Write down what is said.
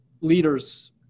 leaders